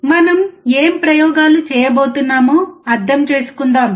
మనం ఏ ప్రయోగాలు చేయబోతున్నామో అర్థం చేసుకుందాం